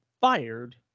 fired